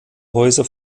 häuser